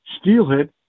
Steelhead